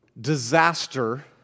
Disaster